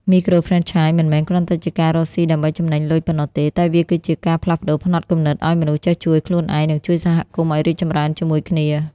មីក្រូហ្វ្រេនឆាយមិនមែនគ្រាន់តែជាការរកស៊ីដើម្បីចំណេញលុយប៉ុណ្ណោះទេ តែវាគឺជា "ការផ្លាស់ប្តូរផ្នត់គំនិត" ឱ្យមនុស្សចេះជួយខ្លួនឯង និងជួយសហគមន៍ឱ្យរីកចម្រើនជាមួយគ្នា។